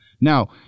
Now